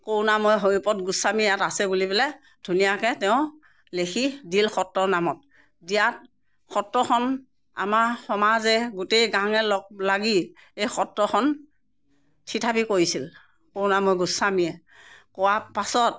কৰুণাময় হৰিপ্ৰদ গোস্বামী ইয়াত আছে বুলি পেলাই ধুনীয়াকৈ তেওঁ লিখি দিল সত্ৰ নামত দিয়াত সত্ৰখন আমাৰ সমাজে গোটেই গাঁৱে লগ লাগি এই সত্ৰখন থিতাপি কৰিছিল কৰুণাময় গোস্বামীয়ে কৰা পাছত